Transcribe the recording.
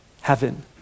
heaven